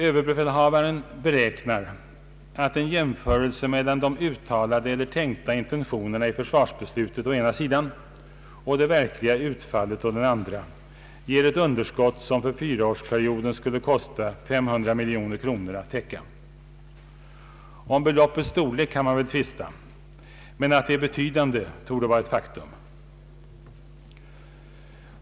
Överbefälhavaren beräknar att en jämförelse mellan de uttalade eller tänkta intentionerna i försvarsbeslutet å ena sidan och det verkliga utfallet å den andra ger ett underskott för fyraårsperioden, som det skulle kosta 500 miljoner kronor att täcka. Om beloppets storlek kan man väl tvista, men att det är betydande torde vara ett faktum.